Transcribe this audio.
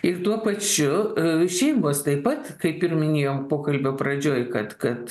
ir tuo pačiu šeimos taip pat kaip ir minėjom pokalbio pradžioj kad kad